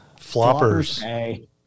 Floppers